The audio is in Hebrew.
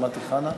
שמעתי חנה?